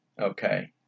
Okay